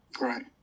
Right